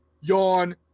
yawn